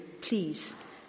please